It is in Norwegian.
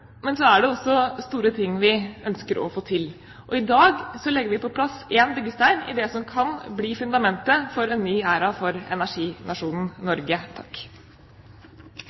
men så er det også store ting vi ønsker å få til. I dag legger vi på plass en byggestein i det som kan bli fundamentet for en ny æra for energinasjonen Norge.